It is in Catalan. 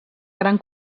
gran